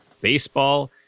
baseball